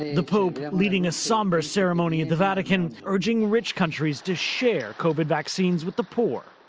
the pope leading a somber ceremony at the vatican urging rich countries to share covid vaccines with the poor.